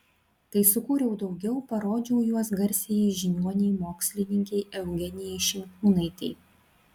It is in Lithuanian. kai sukūriau daugiau parodžiau juos garsiajai žiniuonei mokslininkei eugenijai šimkūnaitei